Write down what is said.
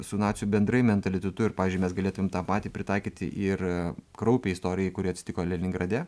su nacių bendrai mentalitetu ir pavyzdžiui mes galėtumėm tą patį pritaikyti ir kraupiai istorijai kuri atsitiko leningrade